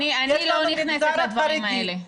אני לא נכנסת לדברים האלה.